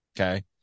Okay